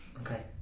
okay